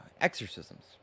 Exorcisms